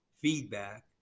feedback